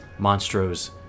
Monstro's